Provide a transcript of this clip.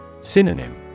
Synonym